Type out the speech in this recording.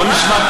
בוא נשמע,